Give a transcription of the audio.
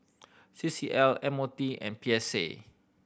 C C L M O T and P S A